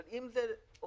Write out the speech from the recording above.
אבל אם היא עוברת,